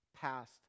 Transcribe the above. past